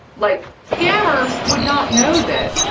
like scammers would not know this,